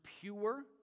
pure